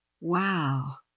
Wow